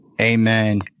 Amen